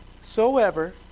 soever